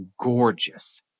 gorgeous